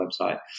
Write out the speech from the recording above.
website